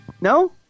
No